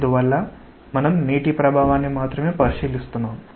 అందువల్ల మనం నీటి ప్రభావాన్ని మాత్రమే పరిశీలిస్తున్నాము